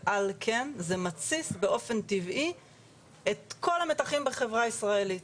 ועל כן זה מתסיס באופן טבעי את כל המתחים בחברה הישראלית.